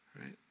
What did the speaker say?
right